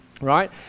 right